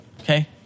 okay